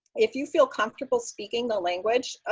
if you feel comfortable speaking the language